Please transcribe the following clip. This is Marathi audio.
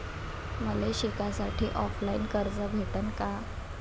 मले शिकासाठी ऑफलाईन कर्ज भेटन का?